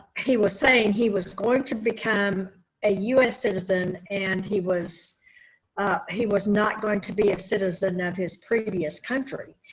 he was saying he was going to become a us citizen and he was ah he was not going to be a citizen of his previous country.